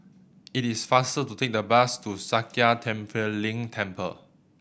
it is faster to take the bus to Sakya Tenphel Ling Temple